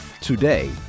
Today